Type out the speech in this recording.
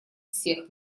всех